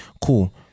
Cool